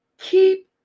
keep